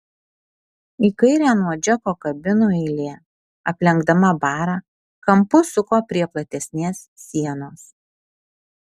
į kairę nuo džeko kabinų eilė aplenkdama barą kampu suko prie platesnės sienos